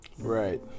Right